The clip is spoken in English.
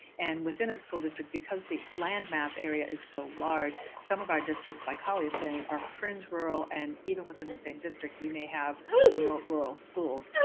and within a school district, because the landmass area is so large, some of our districts, like holly was saying, are fringe rural. and even within the same district, we may have remote rural schools.